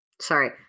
sorry